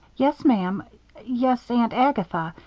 yes, ma'am yes, aunt agatha.